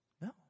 No